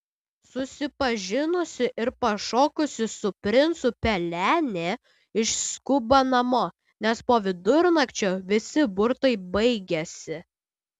susipažinusi ir pašokusi su princu pelenė išskuba namo nes po vidurnakčio visi burtai baigiasi